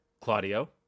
Claudio